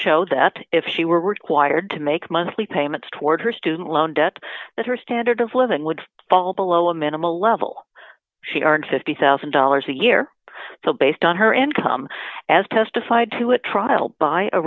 show that if she were required to make monthly payments toward her student loan debt that her standard of living would fall below a minimal level she earned fifty thousand dollars a year though based on her income as testified to a trial by a